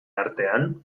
artean